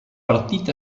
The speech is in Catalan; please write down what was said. partit